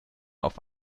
auf